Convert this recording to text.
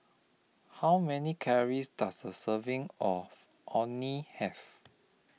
How Many Calories Does A Serving of Orh Nee Have